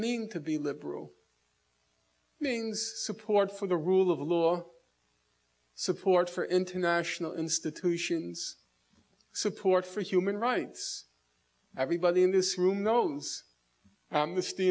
mean to be liberal beings support for the rule of law support for international institutions support for human rights everybody in this room knows